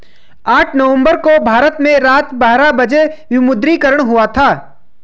आठ नवम्बर को भारत में रात बारह बजे विमुद्रीकरण हुआ था